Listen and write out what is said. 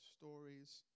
stories